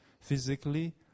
Physically